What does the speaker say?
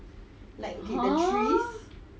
!huh!